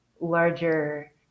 larger